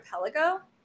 archipelago